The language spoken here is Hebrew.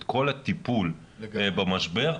את כל הטיפול במשבר,